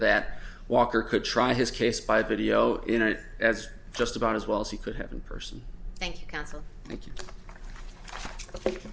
that walker could try his case by video in it as just about as well as he could have and person thank you thank you thank